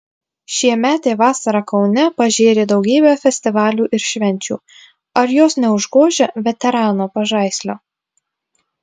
šiemetė vasara kaune pažėrė daugybę festivalių ir švenčių ar jos neužgožia veterano pažaislio